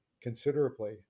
considerably